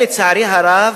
כנראה, לצערי הרב,